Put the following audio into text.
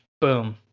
Boom